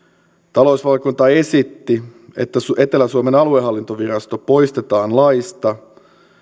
talousvaliokunta esitti että etelä suomen aluehallintovirasto poistetaan laista